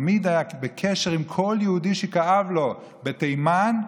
תמיד היה בקשר עם כל יהודי שכאב לו: בתימן,